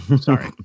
Sorry